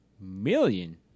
million